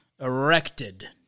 erected